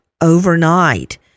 overnight